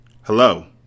Hello